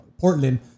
Portland